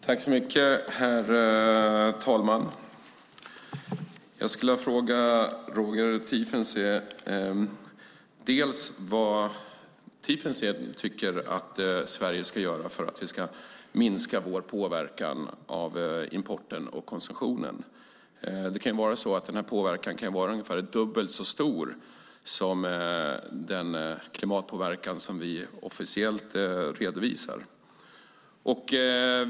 Herr talman! Jag skulle vilja fråga Roger Tiefensee vad Tiefensee tycker att Sverige ska göra för att vi ska minska vår påverkan av importen och konsumtionen. Den påverkan kan vara ungefär dubbelt så stor som den klimatpåverkan som vi redovisar officiellt.